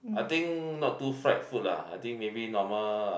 I think not too fried food lah I think maybe normal uh